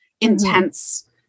intense